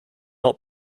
not